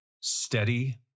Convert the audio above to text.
steady